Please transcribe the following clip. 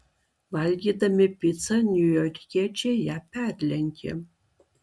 valgydami picą niujorkiečiai ją perlenkia